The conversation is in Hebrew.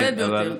אבל,